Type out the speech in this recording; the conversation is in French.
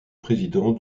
président